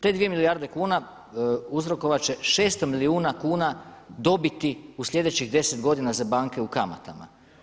Te 2 milijarde kuna uzrokovat će 600 milijuna kuna dobiti u sljedećih 10 godina za banke u kamatama.